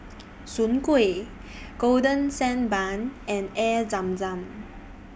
Soon Kway Golden Sand Bun and Air Zam Zam